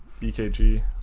EKG